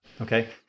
Okay